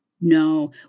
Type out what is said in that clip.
No